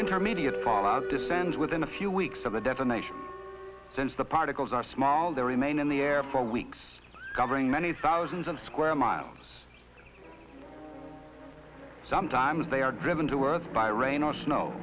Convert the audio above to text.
intermediate fallout descends within a few weeks of the definition since the particles are small there remain in the air for weeks covering many thousands of square miles sometimes they are driven to work by rain or snow